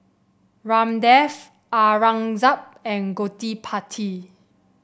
Ramdev Aurangzeb and Gottipati